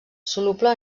soluble